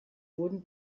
wurden